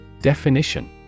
Definition